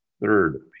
Third